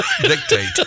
dictate